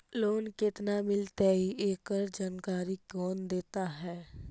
Loan केत्ना मिलतई एकड़ जानकारी कौन देता है?